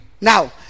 Now